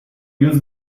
use